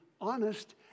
honest